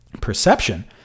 Perception